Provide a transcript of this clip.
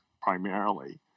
primarily